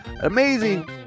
Amazing